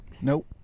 Nope